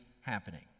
happening